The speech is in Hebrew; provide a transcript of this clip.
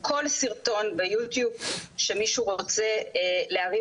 כל סרטון ביוטיוב שמישהו רוצה להרים,